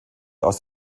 aus